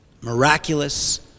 Miraculous